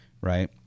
Right